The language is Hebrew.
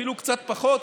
אפילו קצת פחות,